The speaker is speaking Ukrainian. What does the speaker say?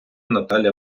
наталя